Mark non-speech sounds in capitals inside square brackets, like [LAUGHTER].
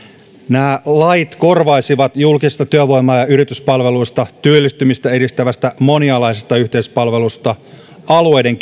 nämä lait korvaisivat julkisesta työvoima ja yrityspalvelusta työllistymistä edistävästä monialaisesta yhteispalvelusta alueiden [UNINTELLIGIBLE]